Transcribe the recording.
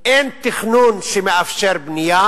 אין תכנון שמאפשר בנייה,